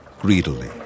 greedily